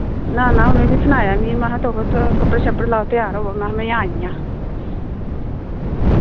ना ना उ'नै बी सनाया मी महा तुस कपड़े शपड़े लाओ त्यार होवो महा मैं आई जां